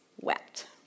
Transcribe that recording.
wept